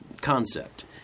concept